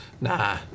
Nah